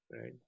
right